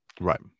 Right